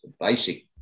basic